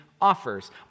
offers